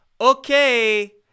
Okay